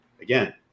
again